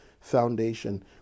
foundation